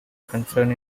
concern